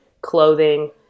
clothing